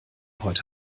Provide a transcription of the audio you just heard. heute